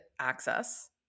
access